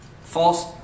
false